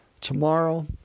tomorrow